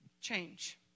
change